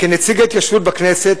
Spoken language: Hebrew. כנציג ההתיישבות בכנסת,